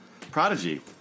Prodigy